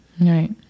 right